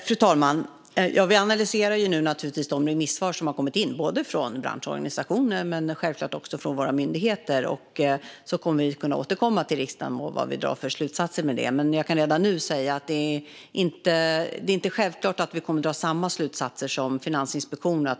Fru talman! Vi analyserar naturligtvis de remissvar som har kommit in från branschorganisationer och självklart också från våra myndigheter. Vi kan sedan återkomma till riksdagen med vilka slutsatser vi drar. Jag kan redan nu säga att det inte är självklart att vi kommer att dra samma slutsatser som Finansinspektionen.